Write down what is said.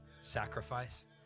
sacrifice